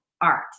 art